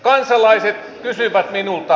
kansalaiset kysyvät minulta